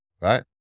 Right